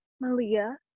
Malia